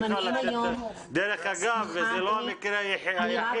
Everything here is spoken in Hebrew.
משרד החינוך! דרך אגב זה לא המקרה היחידי